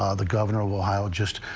ah the governor while just